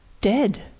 Dead